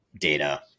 data